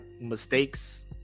mistakes